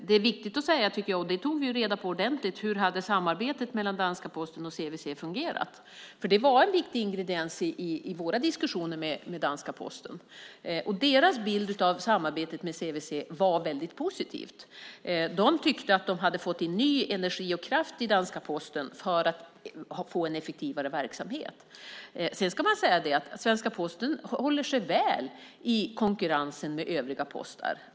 Det är viktigt att veta, och det tog vi reda på ordentligt, hur samarbetet mellan danska Posten och CVC har fungerat, för det var en viktig ingrediens i våra diskussioner med danska Posten. Deras bild av samarbetet med CVC var väldigt positiv. De tyckte att de hade fått in ny energi och kraft i danska Posten för en effektivare verksamhet. Sedan ska jag säga att svenska Posten står sig väl i konkurrensen med övriga postväsenden.